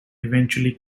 eventually